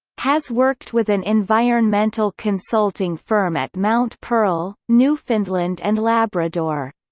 has worked with an environmental consulting firm at mount pearl, newfoundland and labrador.